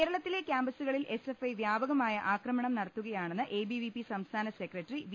കേരളത്തിലെ ക്യാമ്പസുകളിൽ എസ്എഫ്ഐ വ്യാപകമായ അക്രമം നടത്തുകയാണെന്ന് എബിവിപി സംസ്ഥാന സെക്രട്ടറി വി